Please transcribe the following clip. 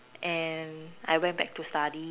and I went back to study